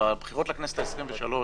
בבחירות לכנסת העשרים-ושלוש